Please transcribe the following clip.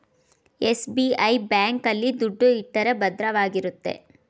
SBI bank ಆಲ್ಲಿ ದುಡ್ಡು ಇಟ್ಟರೆ ಭದ್ರವಾಗಿರುತ್ತೆ